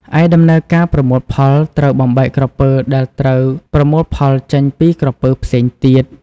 ឯដំណើរការប្រមូលផលត្រូវបំបែកក្រពើដែលត្រូវប្រមូលផលចេញពីក្រពើផ្សេងទៀត។